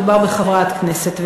מדובר בחברת כנסת,